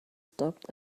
stopped